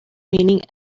meaning